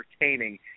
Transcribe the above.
entertaining